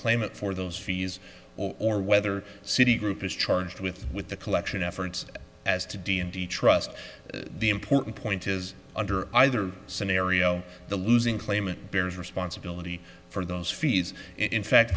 claimant for those fees or whether citi group is charged with with the collection efforts as to d n d trust the important point is under either scenario the losing claimant bears responsibility for those fees in fact